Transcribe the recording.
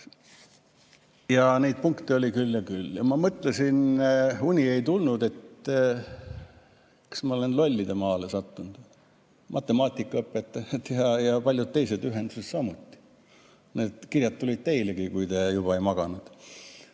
Ja neid punkte oli küll ja küll. Ma mõtlesin, uni ei tulnud, et kas ma olen lollidemaale sattunud. Matemaatikaõpetajad ja paljud teised ühendused [saatsid] samuti [kirju]. Need kirjad tulid teilegi, kui te juba ei maganud.